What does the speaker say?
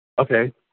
Okay